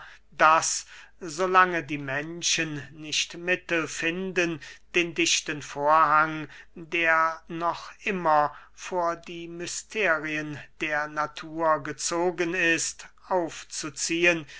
daß so lange die menschen nicht mittel finden den dichten vorhang der noch immer vor die mysterien der natur gezogen ist aufzuziehen